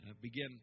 begin